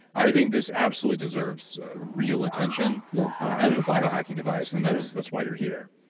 i think this absolutely deserves real attention yeah as a biohacking device. and that's that's why you're here.